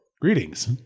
Greetings